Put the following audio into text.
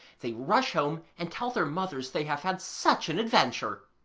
they rush home and tell their mothers they have had such an adventure.